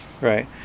right